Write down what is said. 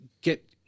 get